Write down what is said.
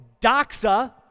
Doxa